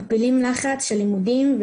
מפילים לחץ של לימודים,